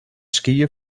skiën